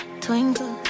twinkle